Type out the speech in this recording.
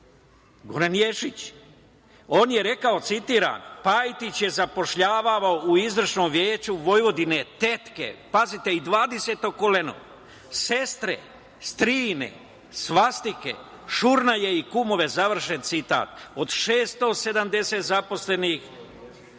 Goran Ješić. On je rekao – Pajtić je zapošljavao u Izvršnom veću Vojvodine tetke, pazite, dvadeseto koleno, sestre, strine, svastike, šurnjaje i kumove, završen citat. Od 670 zaposlenih, doveo